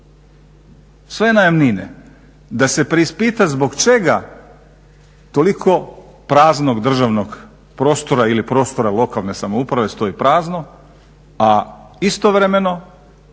sve najamnine. Da se preispita zbog čega toliko praznog državnog prostora ili prostora lokalne samouprave stoji prazno, a istovremeno